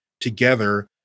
together